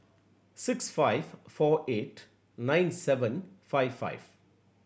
six five four eight nine seven five five